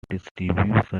distribution